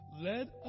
led